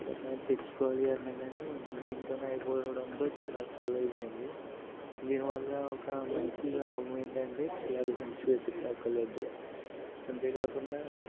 ఏదన్న తెచ్చుకోవాలి అన్న కానీ దీంట్లోనే అయిపోవడంతో చాల సులువు అయిపొయింది దీని వల్ల ఒక మంచి లాభం ఏంటంటే చిల్లర గురించి వెతుకొకర్లేదు అంతేగాకుండా